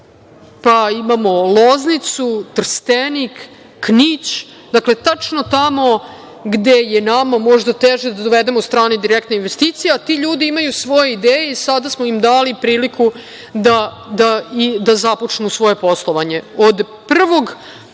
pa imamo Loznicu, Trstenik, Knić, dakle, tačno tamo gde je nama možda teže da dovedemo strane direktne investicije, a ti ljudi imaju svoje ideje i sada smo im dali priliku da započnu svoje poslovanje. Od 1.